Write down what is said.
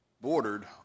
bordered